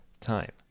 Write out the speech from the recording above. Time